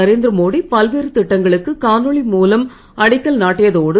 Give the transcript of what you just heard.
நரேந்திர மோடி பல்வேறு திட்டங்களுக்கு காணொலி அடிக்கல் நாட்டியதோடு